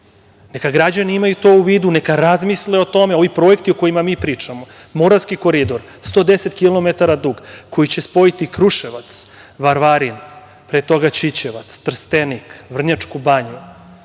Neka građani imaju to u vidu, neka razmisle o tome. Ovi projekti o kojima mi pričamo, Moravski koridor, 110 kilometara dug, koji će spojiti Kruševac, Varvarin, pre toga Ćićevac, Trstenik, Vrnjačku Banju,